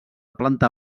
planta